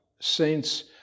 Saints